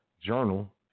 Journal